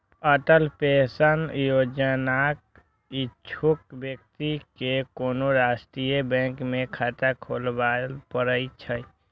Atal pension योजनाक इच्छुक व्यक्ति कें कोनो राष्ट्रीय बैंक मे खाता खोलबय पड़ै छै